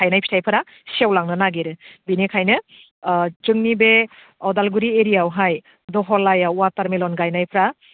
थायनाय फिथाइफोरा सेवलांनो नागिरो बेनिखायनो जोंनि बे अदालगुरि एरियायावहाय दहलायाव वाटारमेलन गायनायफ्रा